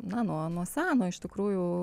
na nuo seno iš tikrųjų